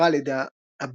נקרא על ידי הבישוף